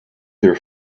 their